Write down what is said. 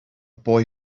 boy